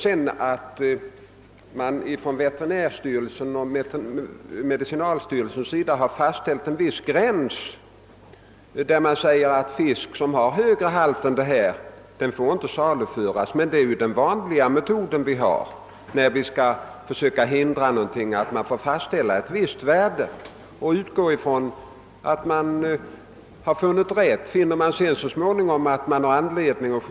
Sedan är det en :sak :att veterinärstyrelsen och medicinalstyrelsen fastställt en viss gräns och sagt. att fisk: med högre halt av kvicksilver inte får saluföras. När vi skall försöka hindra någonting använder vi ju vanligen den metoden att vi fastställer ett visst värde och utgår ifrån att: det är rätt. Finner man sedan anledning att.